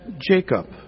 Jacob